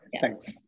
thanks